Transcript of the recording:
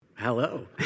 Hello